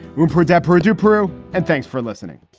we poor desperate to peru. and thanks for listening